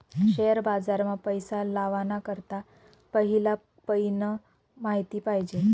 share बाजार मा पैसा लावाना करता पहिला पयीन माहिती पायजे